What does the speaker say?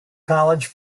college